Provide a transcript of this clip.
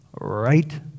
Right